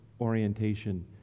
orientation